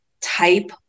type